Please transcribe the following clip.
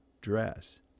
dress